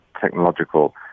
technological